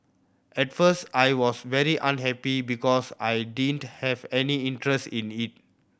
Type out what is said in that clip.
at first I was very unhappy because I didn't have any interest in it